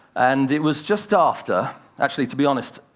and it was just after actually, to be honest,